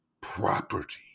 property